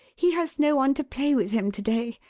he has no one to play with him to-day.